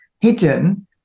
hidden